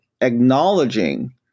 acknowledging